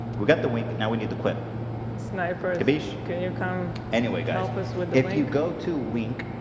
we got the wink now? we need the clip sniper? can you come anyway got office would then you go to wink